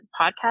podcast